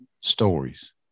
stories